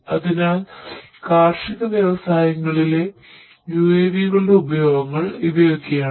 അതിനാൽ കാർഷിക വ്യവസായങ്ങളിലെ യുഎവികളുടെ ഉപയോഗങ്ങൾ ഇവയൊക്കെയാണ്